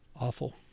awful